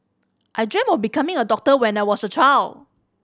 I dreamt of becoming a doctor when I was a child